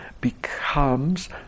becomes